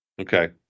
Okay